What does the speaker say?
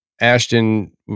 Ashton